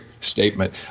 statement